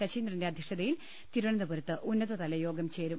ശശീന്ദ്രന്റെ അധ്യക്ഷതയിൽ തിരുവനന്തപുരത്ത് ഉന്നതതലയോഗം ചേരും